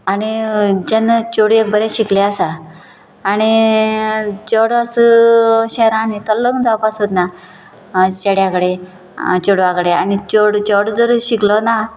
जेन्ना चेडूं एक बरें शिकलें आसा आनी चेडो असो शहरांत तो लग्न जावपा सोदना चेड्या कडेन चेडवा कडेन आनी चेडो जर शिकलो ना